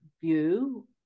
view